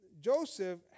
Joseph